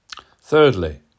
Thirdly